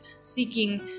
seeking